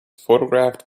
photographed